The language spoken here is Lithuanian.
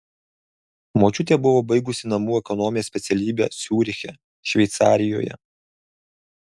močiutė buvo baigusi namų ekonomės specialybę ciuriche šveicarijoje